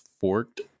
forked